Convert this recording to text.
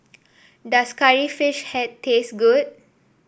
does Curry Fish Head taste good